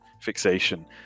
fixation